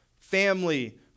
family